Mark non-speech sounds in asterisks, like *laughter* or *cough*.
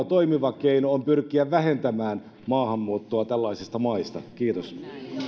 *unintelligible* toimiva keino on pyrkiä vähentämään maahanmuuttoa tällaisista maista kiitos